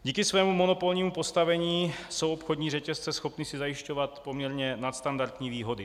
Díky svému monopolnímu postavení jsou obchodní řetězce schopny si zajišťovat poměrně nadstandardní výhody.